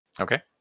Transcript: okay